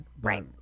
Right